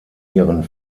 ihren